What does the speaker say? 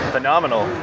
Phenomenal